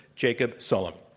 jacob sullum.